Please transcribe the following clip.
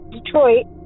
Detroit